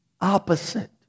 opposite